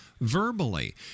verbally